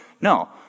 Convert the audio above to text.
No